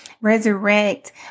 resurrect